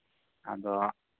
ᱟᱫᱚ